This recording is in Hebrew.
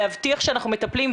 להבטיח שאנחנו מטפלים,